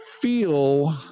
feel